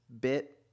bit